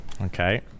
okay